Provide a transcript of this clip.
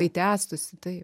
tai tęstųsi taip